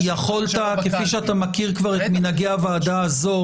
יכולת, כפי שאתה מכיר כבר את מנהגי הוועדה הזו